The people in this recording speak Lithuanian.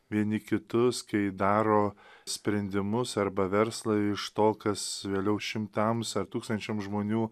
vieni kitus kai daro sprendimus arba verslą iš to kas vėliau šimtams ar tūkstančiam žmonių